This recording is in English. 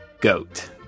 goat